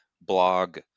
blog